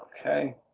Okay